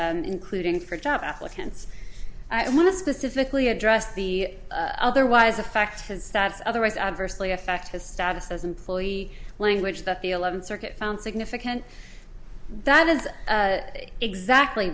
including for job applicants i want to specifically address the otherwise affect his status otherwise adversely affect his status as employee language that the eleventh circuit found significant that is exactly